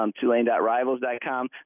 tulane.rivals.com